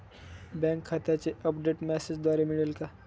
Bank खात्याचे update मेसेजद्वारे मिळेल का?